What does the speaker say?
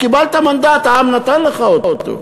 קיבלת מנדט, העם נתן לך אותו.